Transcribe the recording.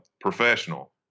professional